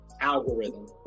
algorithm